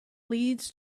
leads